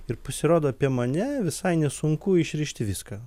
ir pasirodo apie mane visai nesunku išrišti viską